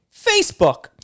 Facebook